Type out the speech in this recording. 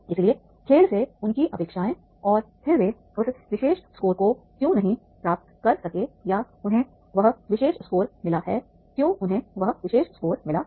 इसलिए खेल से उनकी अपेक्षाएँ और फिर वे उस विशेष स्कोर को क्यों नहीं प्राप्त कर सके या उन्हें वह विशेष स्कोर मिला है क्यों उन्हें वह विशेष स्कोर मिला है